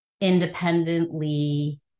independently